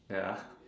ya